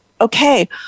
okay